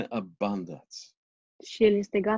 abundance